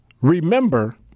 remember